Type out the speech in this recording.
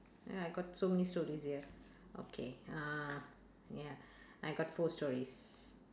ya I got so many stories here okay uh ya I got four stories